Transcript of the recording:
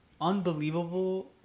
unbelievable